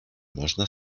można